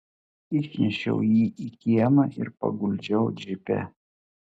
išnešiau jį į kiemą ir paguldžiau džipe